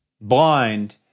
blind